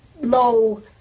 low